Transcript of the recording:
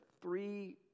three